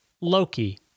Loki